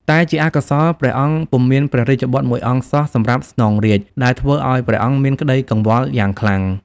តែជាអកុសល ព្រះអង្គពុំមានព្រះរាជបុត្រមួយអង្គសោះសម្រាប់ស្នងរាជ្យ ដែលធ្វើឱ្យព្រះអង្គមានក្តីកង្វល់យ៉ាងខ្លាំង។